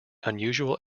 unusual